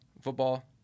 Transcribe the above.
football